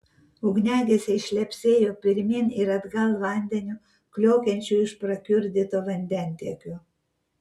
ugniagesiai šlepsėjo pirmyn ir atgal vandeniu kliokiančiu iš prakiurdyto vandentiekio